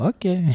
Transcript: Okay